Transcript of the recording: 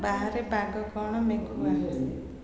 ବାହାରେ ପାଗ କ'ଣ ମେଘୁଆ